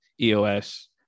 EOS